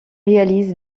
réalise